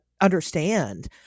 understand